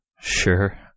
Sure